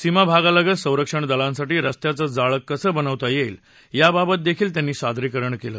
सीमाभगालगत संरक्षण दलांसाठी रस्त्यांचं जाळं कसं बनवता येईल या बाबत देखील त्यांनी सादरीकरण केलं